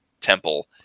temple